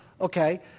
Okay